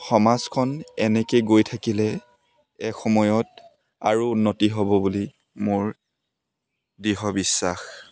সমাজখন এনেকৈ গৈ থাকিলে এসময়ত আৰু উন্নতি হ'ব বুলি মোৰ দৃঢ় বিশ্বাস